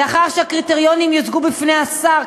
לאחר שהקריטריונים יוצגו בפני השר,